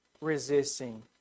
resisting